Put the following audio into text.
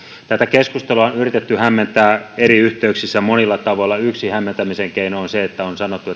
tätä keskustelua on yritetty hämmentää eri yhteyksissä ja monilla tavoilla yksi hämmentämisen keino on se että on sanottu